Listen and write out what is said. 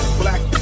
black